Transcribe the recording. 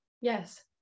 Yes